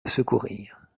secourir